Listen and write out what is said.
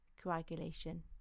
coagulation